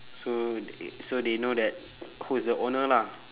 so t~ so they know that who is the owner lah